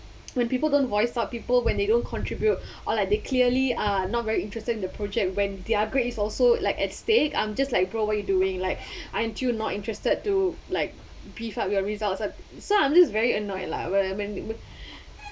when people don't voice out people when they don't contribute or like they clearly are not very interested in the project when their grade is also like at stake I'm just like bro what are you doing like aren't you not interested to like beef up your results uh so I'm just very annoyed lah what I mean